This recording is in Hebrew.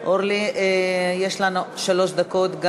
יש לנו שלוש דקות.